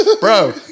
bro